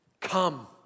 Come